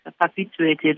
perpetuated